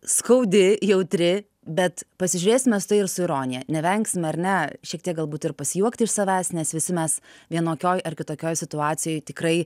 skaudi jautri bet pasižiūrėsime su tai ir su ironija nevengsime ar ne šiek tiek galbūt ir pasijuokti iš savęs nes visi mes vienokioj ar kitokioj situacijoj tikrai